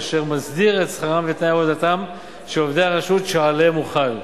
אשר מסדיר את שכרם ותנאי עבודתם של עובדי הרשות שעליהם הוא חל.